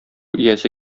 иясе